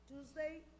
Tuesday